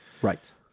Right